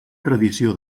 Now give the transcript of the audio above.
tradició